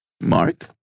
Mark